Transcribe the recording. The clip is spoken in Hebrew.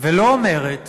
ולא אומרת